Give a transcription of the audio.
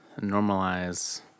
normalize